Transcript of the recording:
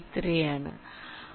83 ആണ്